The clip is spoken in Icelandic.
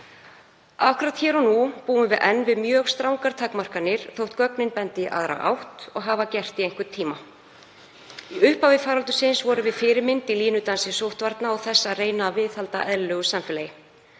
Akkúrat hér og nú búum við enn við mjög strangar takmarkanir þótt gögnin bendi í aðra átt og hafa gert í einhvern tíma. Í upphafi faraldursins vorum við fyrirmynd í línudansi sóttvarna og þess að reyna að viðhalda eðlilegu samfélagi.